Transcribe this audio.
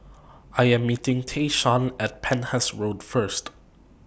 I Am meeting Tayshaun At Penhas Road First